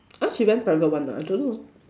uh she went private one ah I don't know